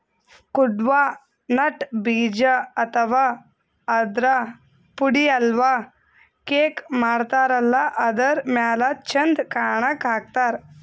Cuddapah nut ಬೀಜ ಅಥವಾ ಆದ್ರ ಪುಡಿ ಹಲ್ವಾ, ಕೇಕ್ ಮಾಡತಾರಲ್ಲ ಅದರ್ ಮ್ಯಾಲ್ ಚಂದ್ ಕಾಣಕ್ಕ್ ಹಾಕ್ತಾರ್